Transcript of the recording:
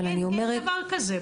אבל אני אומרת --- אין דבר כזה.